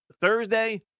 Thursday